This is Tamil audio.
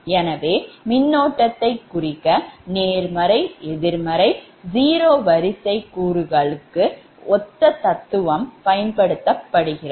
எனவே மின்னோட்டத்தை குறிக்க நேர்மறை எதிர்மறை 0 வரிசைக் கூறுக்கு ஒத்த தத்துவம் பயன்படுத்தப்படுகிறது